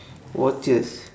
watches